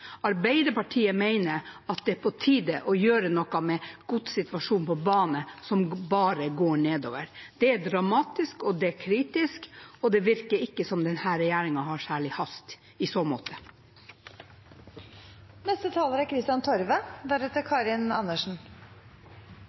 Arbeiderpartiet mener det er på tide å gjøre noe med godssituasjonen på bane, som bare går nedover. Det er dramatisk, det er kritisk, og det virker ikke som om denne regjeringen har særlig hast i så måte. Fra godsnæringen slås det fast at vi er